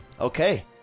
Okay